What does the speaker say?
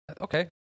Okay